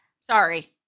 Sorry